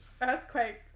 earthquake